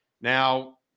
Now